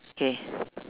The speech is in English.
it is okay